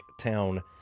town